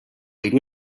hiru